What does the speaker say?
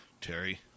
Terry